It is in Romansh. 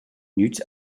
gnüts